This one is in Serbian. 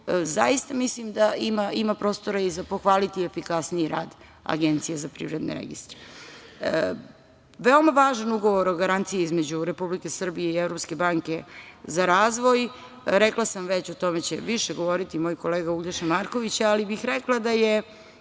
zaista mislim da ima prostora za pohvaliti efikasniji rad Agencije za privredne registre. Veoma važan Ugovor o garanciji između Republike Srbije i Evropske banke za razvoj. Rekla sam već, o tome će više govoriti moj kolega Uglješa Marković, ali bih rekla da je